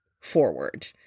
forward